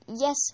Yes